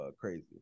crazy